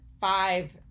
five